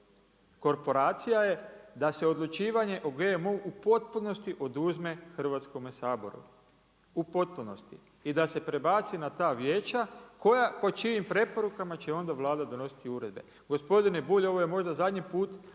korporacija je da se odlučivanje o GMO-u u potpunosti oduzme Hrvatskome saboru u potpunosti i da se prebaci na ta vijeća po čijim preporukama će onda Vlada donositi uredbe. Gospodine Bulj ovo je možda zadnji put